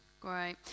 Great